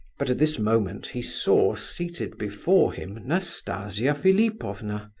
but at this moment he saw, seated before him, nastasia philipovna.